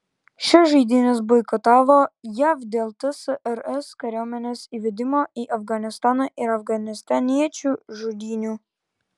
šias žaidynes boikotavo jav dėl tsrs kariuomenės įvedimo į afganistaną ir afganistaniečių žudynių